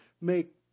make